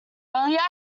earlier